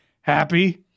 happy